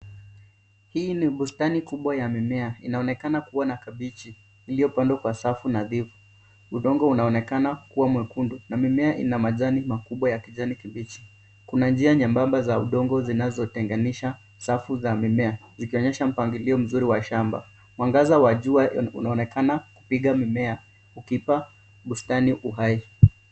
Hii ni bustani kubwa ya mimea. Inaonekana kuwa na kabichi iliyopandwa kwa safu nadhifu. Udongo unaonekana kuwa mwekundu na mimea ina majani makubwa ya kijani kibichi. Kuna njia nyembemba za udongo zinazotenganisha safu za mimea zikionyesha mpangilio mzuri wa shamba. Mwangaza wa jua unaonekana kupiga mimea ukipa bustani uhai.